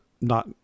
not-